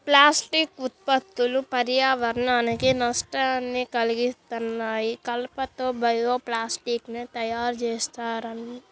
plastic ఉత్పత్తులు పర్యావరణానికి నష్టాన్ని కల్గిత్తన్నాయి, కలప తో బయో ప్లాస్టిక్ ని తయ్యారుజేత్తన్నారు